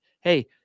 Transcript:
hey